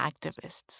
activists